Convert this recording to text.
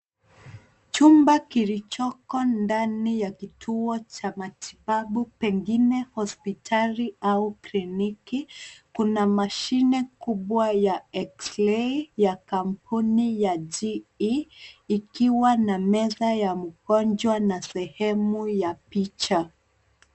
Chumba kilichoko ndani ya kituo cha matibabu pengine hospitali au kliniki, kuna mashine kubwa ya eks-rei ya kampuni ya GE, ikiwa na meza ya mgonjwa na sehemu ya picha.